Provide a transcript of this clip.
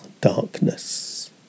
darkness